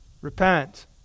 Repent